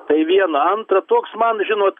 tai viena antra toks man žinot